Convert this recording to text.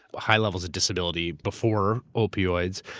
high levels of disability, before opioids.